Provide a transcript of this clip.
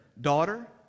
daughter